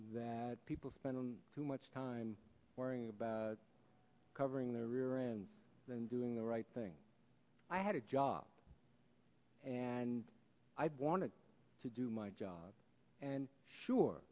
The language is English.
that people spend on too much time worrying about covering the rear ends than doing the right thing i had a job and i wanted to do my job and sure